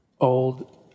old